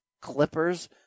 clippers